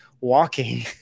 walking